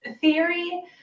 theory